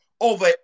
over